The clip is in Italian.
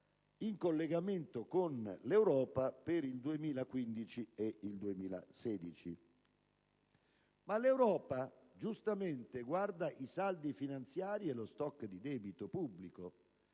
in collegamento con l'Europa per il 2015 e il 2016. Ma l'Europa giustamente guarda i saldi finanziari e lo *stock* di debito pubblico,